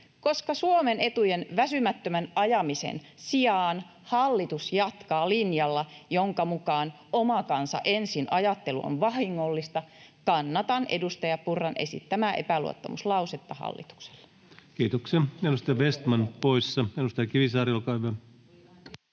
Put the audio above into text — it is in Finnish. Koska Suomen etujen väsymättömän ajamisen sijaan hallitus jatkaa linjalla, jonka mukaan oma kansa ensin ‑ajattelu on vahingollista, kannatan edustaja Purran esittämää epäluottamuslausetta hallitukselle. [Speech 138] Speaker: Ensimmäinen varapuhemies